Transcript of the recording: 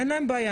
אין להם בעיה,